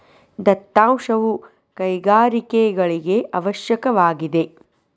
ದತ್ತಾಂಶವು ಕೈಗಾರಿಕೆಗಳಿಗೆ ಅವಶ್ಯಕವಾಗಿದೆ